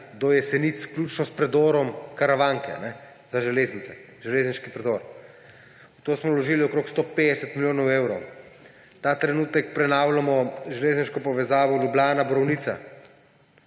do Jesenic, vključno s predorom Karavanke za železnice, železniški predor. V to smo vložili okrog 150 milijonov evrov. Ta trenutek prenavljamo železniško povezavo Ljubljana–Borovnica,